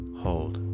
hold